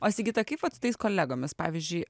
o sigita kaip vat su tais kolegomis pavyzdžiui